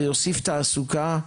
זה יוסיף תעסוקה,